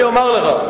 אני אומר לך,